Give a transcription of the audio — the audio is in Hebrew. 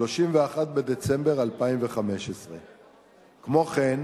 31 בדצמבר 2015. כמו כן,